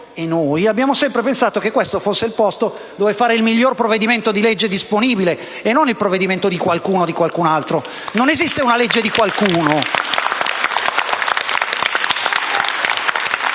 Noi abbiamo sempre pensato che questo fosse il luogo in cui fare il miglior provvedimento di legge possibile e non quello di qualcuno o di qualcun altro: non esiste una legge di qualcuno!